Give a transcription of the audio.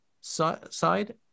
side